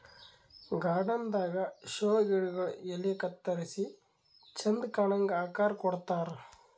garden ದಾಗಾ show ಗಿಡಗೊಳ್ ಎಲಿ ಕತ್ತರಿಸಿ ಚಂದ್ ಕಾಣಂಗ್ ಆಕಾರ್ ಕೊಡ್ತಾರ್